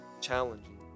challenging